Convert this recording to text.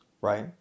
right